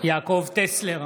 יעקב טסלר,